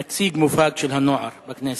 נציג מובהק של הנוער בכנסת.